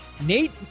Nate